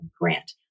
grant